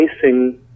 facing